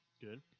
good